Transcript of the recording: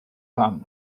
thumb